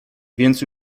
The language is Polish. więc